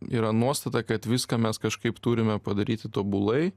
yra nuostata kad viską mes kažkaip turime padaryt tobulai